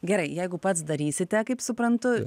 gerai jeigu pats darysite kaip suprantu